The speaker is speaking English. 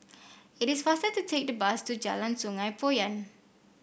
it is faster to take the bus to Jalan Sungei Poyan